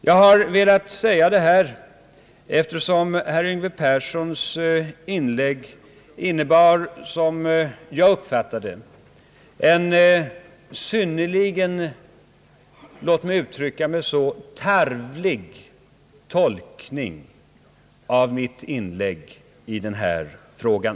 Jag har velat säga detta, eftersom herr Yngve Perssons inlägg innebar — som jag uppfattade det — en synnerligen tarvlig tolkning av mitt inlägg i den här frågan.